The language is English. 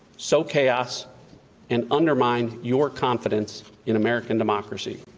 sow chaos and undermine your confidence in american democracy.